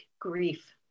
grief